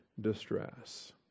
distress